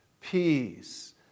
peace